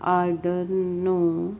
order ਨੂੰ